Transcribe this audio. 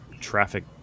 traffic